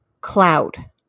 cloud